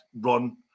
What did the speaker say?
run